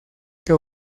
que